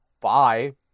Bye